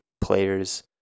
players